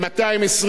מה נגבה?